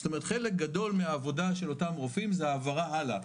זאת אומרת חלק גדול מהעבודה של אותם רופאים זה העברה הלאה,